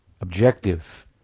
Objective